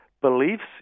beliefs